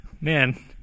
Man